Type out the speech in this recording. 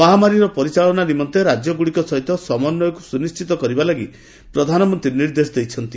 ମହାମାରୀର ପରିଚାଳନା ନିମନ୍ତେ ରାଜ୍ୟଗୁଡିକ ସହିତ ସମନ୍ୱୟକୁ ସୁନିଶ୍ଚିତ କରିବା ଲାଗି ପ୍ରଧାନମନ୍ତ୍ରୀ ନିର୍ଦ୍ଦେଶ ଦେଇଛନ୍ତି